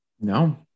No